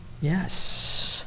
yes